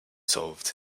solved